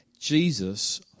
Jesus